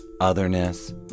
otherness